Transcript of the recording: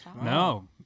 No